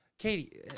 Katie